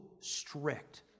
strict